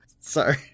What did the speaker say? Sorry